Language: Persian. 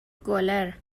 گلر